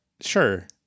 Sure